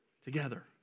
together